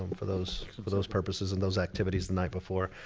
for those for those purposes and those activities the night before,